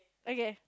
okay